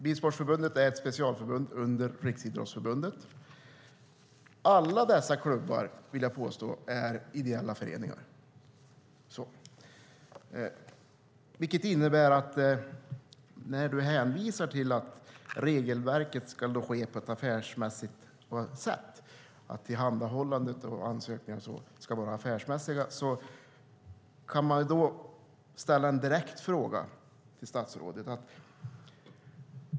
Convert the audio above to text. Bilsportförbundet är ett specialförbund under Riksidrottsförbundet. Alla dessa klubbar, vill jag påstå, är ideella föreningar. När statsrådet hänvisar till att regelverket ska tillämpas på ett affärsmässigt sätt - tillhandahållandet och ansökningar ska vara affärsmässiga - kan man ställa en direkt fråga.